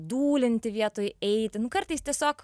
dūlinti vietoj eiti nu kartais tiesiog